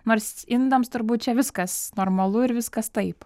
nors indams turbūt čia viskas normalu ir viskas taip